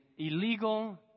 Illegal